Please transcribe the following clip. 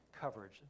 coverage